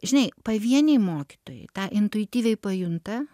žinai pavieniai mokytojai tą intuityviai pajunta